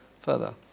Further